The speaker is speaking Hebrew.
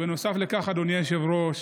נוסף על כך, אדוני היושב-ראש,